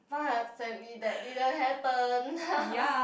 but sadly that didn't happen